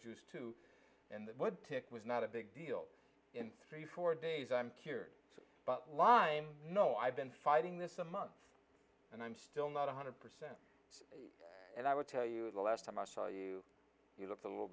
take was not a big deal in three four days i'm cured but line no i've been fighting this a month and i'm still not one hundred percent and i would tell you the last time i saw you you looked a little